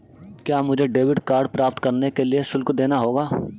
क्या मुझे debit card प्राप्त करने के लिए शुल्क देना होगा?